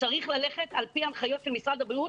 וצריך ללכת על פי ההנחיות של משרד הבריאות,